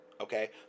Okay